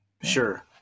sure